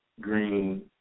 green